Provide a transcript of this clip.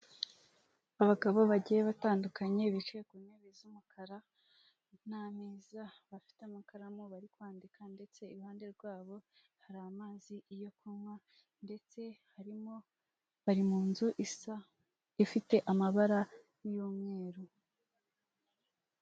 Abantu b'ingeri zitandukanye bari ahantu hamwe hari abahagaze n'abicaye, abicaye ni babiri babiri iruhande rwabo hari amazi n'ikinyobwa, bateze amatwi ibivugwa.